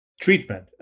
treatment